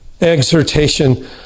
exhortation